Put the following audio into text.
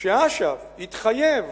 שאש"ף יתחייב